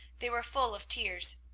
they were full of tears.